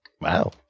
Wow